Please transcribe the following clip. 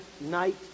night